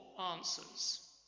answers